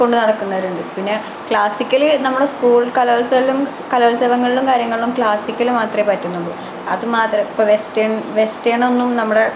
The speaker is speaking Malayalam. കൊണ്ടുനടക്കുന്നവരുണ്ട് പിന്നെ ക്ലാസിക്കല് നമ്മുടെ സ്കൂൾ കലോത്സവങ്ങളിലും കാര്യങ്ങളിലും ക്ലാസിക്കല് മാത്രമേ പറ്റുന്നുള്ളൂ അതുമാത്രം ഇപ്പോള് വെസ്റ്റേണ് വെസ്റ്റേണൊന്നും നമ്മുടെ